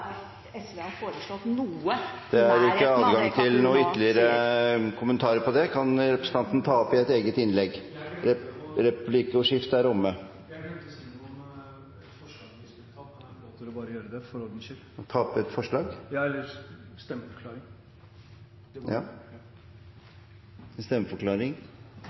SV har foreslått noe… Det er ikke adgang til noen ytterligere kommentarer på det. Det kan representanten ta opp i et eget innlegg. Replikkordskiftet er omme. Jeg glemte å si noe om et forslag vi skulle ta opp. Kan jeg få lov til å gjøre det, for ordens skyld? Ta opp et forslag?